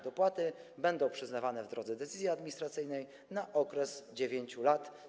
Dopłaty będą przyznawane w drodze decyzji administracyjnej na okres 9 lat.